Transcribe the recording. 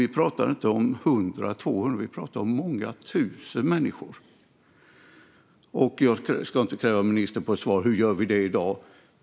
Vi pratar om inte om hundra eller tvåhundra; vi pratar om många tusen människor. Jag ska inte kräva ministern på svar på hur vi gör det i dag.